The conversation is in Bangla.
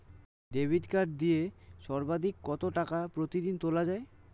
ডেবিট কার্ড দিয়ে সর্বাধিক কত টাকা প্রতিদিন তোলা য়ায়?